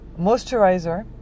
moisturizer